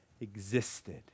existed